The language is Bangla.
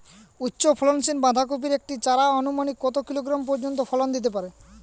উচ্চ ফলনশীল বাঁধাকপির একটি চারা আনুমানিক কত কিলোগ্রাম পর্যন্ত ফলন দিতে পারে?